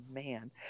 man